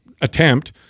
attempt